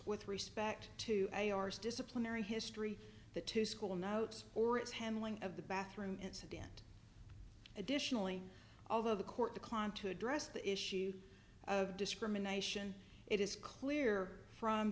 with respect to a r s disciplinary history the two school notes or its handling of the bathroom incident additionally although the court declined to address the issue of discrimination it is clear from